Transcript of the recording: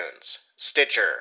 stitcher